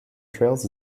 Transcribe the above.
trails